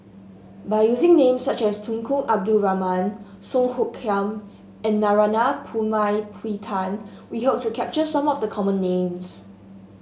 by using names such as Tunku Abdul Rahman Song Hoot Kiam and Narana Putumaippittan we hope to capture some of the common names